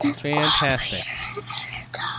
Fantastic